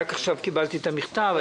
רק עכשיו קיבלתי את המכתב.